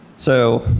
so